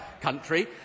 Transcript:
country